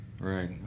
Right